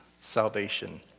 salvation